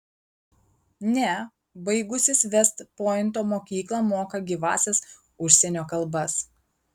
ne baigusis vest pointo mokyklą moka gyvąsias užsienio kalbas